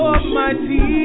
Almighty